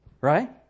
Right